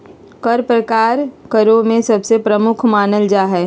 कर प्रकार करों में सबसे प्रमुख मानल जा हय